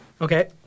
Okay